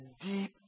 deep